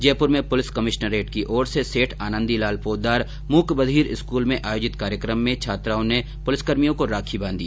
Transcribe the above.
जयपूर में police commissionerate की ओर से सेठ आनन्दी लाल पोद्दार मूक बधीर स्कूल में आयोजित कार्यक्रम में छात्राओं ने पुलिसकर्मियों को राखी बांधी